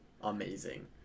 amazing